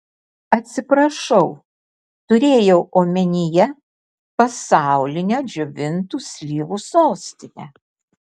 atsiprašau turėjau omenyje pasaulinę džiovintų slyvų sostinę